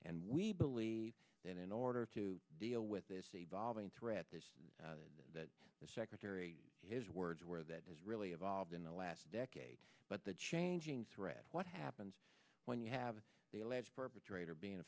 and we believe that in order to deal with this evolving threat is that the secretary his words where that has really evolved in the last decade but the changing threat what happens when you have the alleged perpetrator being